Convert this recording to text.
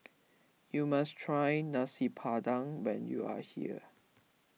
you must try Nasi Padang when you are here